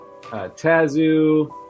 Tazu